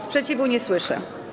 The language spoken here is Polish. Sprzeciwu nie słyszę.